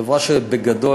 חברה שבגדול,